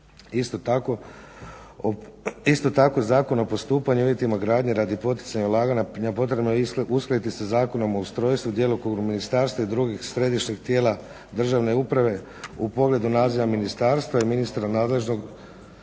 Isto tako, Zakon o postupanju i uvjetima gradnje radi poticanja ulaganja potrebno je uskladiti sa Zakonom o ustrojstvu, djelokrugu ministarstva i drugih središnjih tijela državne uprave u pogledu naziva ministarstva i ministra nadležnog